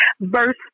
verse